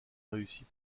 réussi